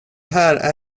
här